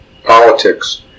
politics